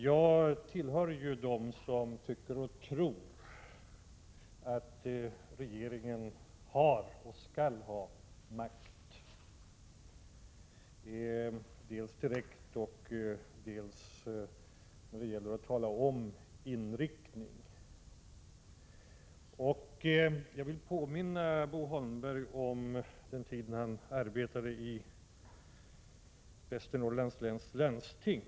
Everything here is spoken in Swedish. Jag tillhör dem som tycker och som tror att regeringen har och skall ha makt, dels direkt, dels då det gäller att tala om inriktningen härvidlag. Jag vill påminna Bo Holmberg om den tid när han arbetade i Västernorrlands läns landsting.